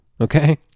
okay